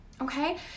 Okay